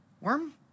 worm